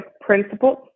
principles